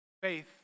Faith